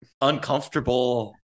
uncomfortable